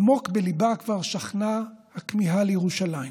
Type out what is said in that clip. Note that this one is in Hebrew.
עמוק בליבה כבר שכנה הכמיהה לירושלים,